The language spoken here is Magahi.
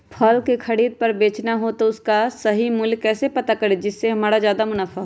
फल का खरीद का बेचना हो तो उसका सही मूल्य कैसे पता करें जिससे हमारा ज्याद मुनाफा हो?